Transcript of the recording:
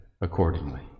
accordingly